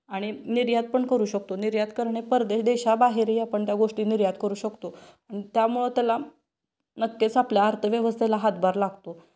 आणि निर्यात पण करू शकतो निर्यात करणे परदेश देशाबाहेरही आपण त्या गोष्टी निर्यात करू शकतो आणि त्यामुळं त्याला नक्कीच आपल्या अर्थव्यवस्थेला हातभार लागतो